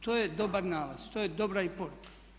To je dobar nalaz, to je dobra i poruka.